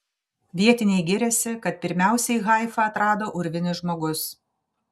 vietiniai giriasi kad pirmiausiai haifą atrado urvinis žmogus